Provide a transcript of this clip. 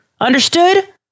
understood